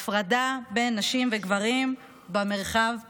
הפרדה בין נשים וגברים במרחב הציבורי,